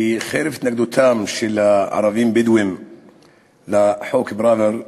וחרף התנגדותם של הערבים הבדואים לחוק פראוור,